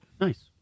Nice